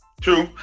True